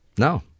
No